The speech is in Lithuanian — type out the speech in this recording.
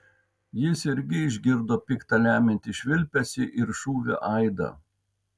jis irgi išgirdo pikta lemiantį švilpesį ir šūvio aidą